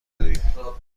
نداریم